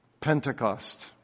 Pentecost